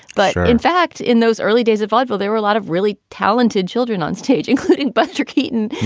but in fact, in those early days of vaudeville, there were a lot of really talented children onstage, including buster keaton,